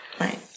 right